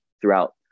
throughout